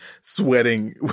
sweating